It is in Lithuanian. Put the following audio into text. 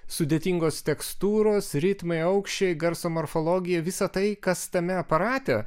sudėtingos tekstūros ritmai aukščiai garso morfologija visa tai kas tame aparate